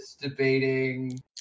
debating